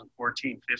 2014